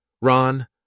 Ron